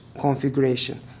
configuration